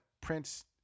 Prince